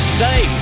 say